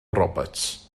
roberts